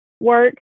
work